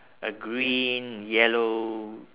a green yellow